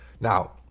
Now